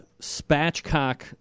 spatchcock